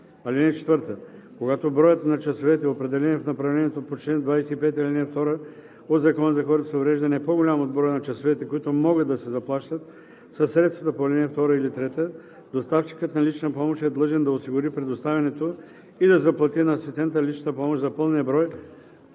общината. (4) Когато броят на часовете, определени в направлението по чл. 25, ал. 2 от Закона за хората с увреждания, е по-голям от броя на часовете, които могат да се заплащат със средствата по ал. 2 или 3, доставчикът на лична помощ е длъжен да осигури предоставянето и да заплати на асистента личната помощ за пълния брой